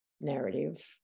narrative